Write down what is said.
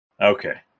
Okay